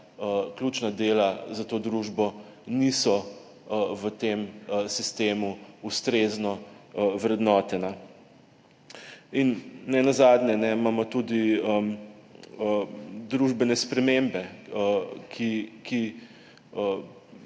ključna dela za to družbo niso v tem sistemu ustrezno vrednotena. In nenazadnje imamo tudi družbene spremembe,